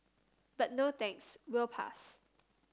but no thanks we'll pass